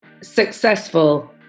successful